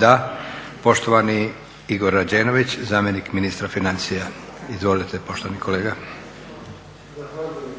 Da. Poštovani Igor Rađenović, zamjenik ministra financija. Izvolite poštovani kolega. …/Upadica